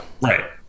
Right